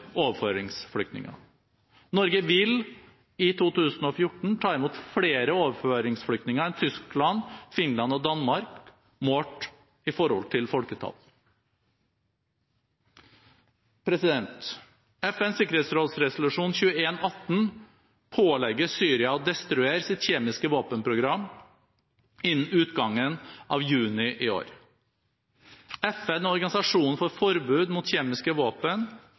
overføringsflyktninger. Norge vil i 2014 ta imot flere overføringsflyktninger enn Tyskland, Finland og Danmark målt i forhold til folketall. FNs sikkerhetsråds resolusjon 2118 pålegger Syria å destruere sitt kjemiske våpenprogram innen utgangen av juni i år. FN og Organisasjonen for forbud mot kjemiske våpen,